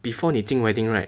before 你进 wedding right